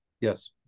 Yes